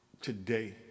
today